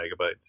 megabytes